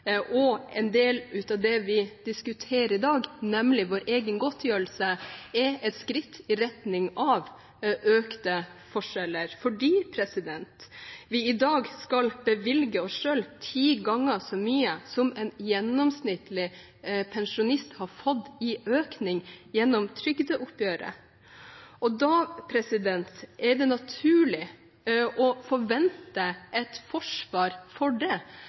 og en del av det vi diskuterer i dag, nemlig vår egen godtgjørelse, er et skritt i retning av økte forskjeller fordi vi i dag skal bevilge oss selv ti ganger så mye som en gjennomsnittlig pensjonist har fått i økning gjennom trygdeoppgjøret, og da er det naturlig å forvente et forsvar for det.